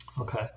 okay